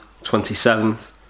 27th